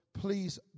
Please